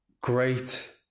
great